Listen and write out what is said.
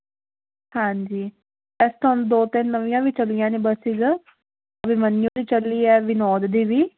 ਹਾਂਜੀ ਇਸ ਤਰ੍ਹਾਂ ਦੋ ਤਿੰਨ ਨਵੀਆਂ ਵੀ ਚਲੀਆਂ ਨੇ ਬਸਿਸ ਹੋਰ ਅਭਿਮਨਿਊ ਤੇ ਚੱਲੀ ਐ ਵਿਨੋਦ ਦੀ ਵੀ